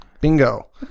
bingo